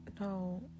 No